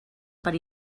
per